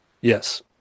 Yes